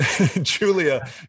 Julia